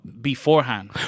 beforehand